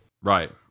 Right